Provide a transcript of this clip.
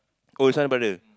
cause I brother